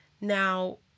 Now